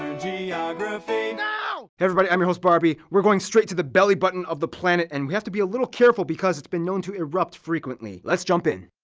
geography! now! hey, everybody, i'm your host, barby. we're going straight to the belly button of the planet and we have to be a little careful because it's been known to erupt frequently. let's jump in.